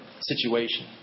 situation